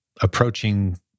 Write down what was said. approaching